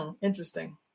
interesting